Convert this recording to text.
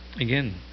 again